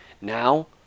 now